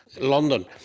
London